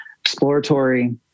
exploratory